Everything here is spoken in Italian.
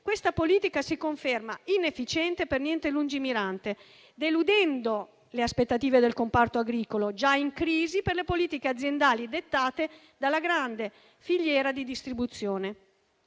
questa politica si conferma inefficiente e per niente lungimirante, deludendo le aspettative del comparto agricolo già in crisi per le politiche aziendali dettate dalla grande filiera di distribuzione.